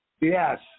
Yes